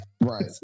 right